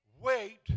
Wait